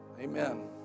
Amen